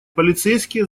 полицейские